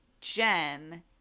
Jen